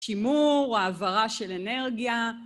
שימור, העברה של אנרגיה.